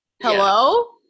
hello